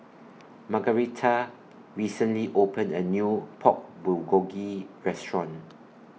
Margaretha recently opened A New Pork Bulgogi Restaurant